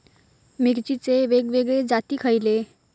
मिरचीचे वेगवेगळे जाती खयले?